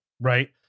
right